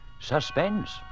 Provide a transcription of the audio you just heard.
suspense